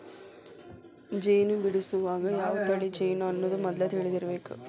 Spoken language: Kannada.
ಜೇನ ಬಿಡಸುವಾಗ ಯಾವ ತಳಿ ಜೇನು ಅನ್ನುದ ಮದ್ಲ ತಿಳದಿರಬೇಕ